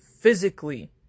physically